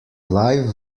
live